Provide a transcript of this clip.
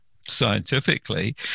scientifically